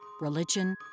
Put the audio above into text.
religion